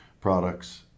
products